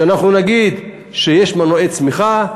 שאנחנו נגיד שיש מנועי צמיחה,